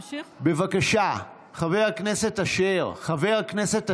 בבקשה, חבר הכנסת אשר, חבר הכנסת אשר,